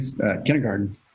kindergarten